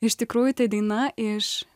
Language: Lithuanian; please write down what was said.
iš tikrųjų tai daina iš